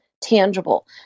tangible